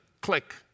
click